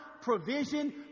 provision